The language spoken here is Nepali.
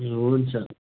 हुन्छ